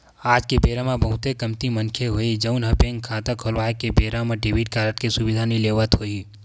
आज के बेरा म बहुते कमती मनखे होही जउन ह बेंक खाता खोलवाए के बेरा म डेबिट कारड के सुबिधा नइ लेवत होही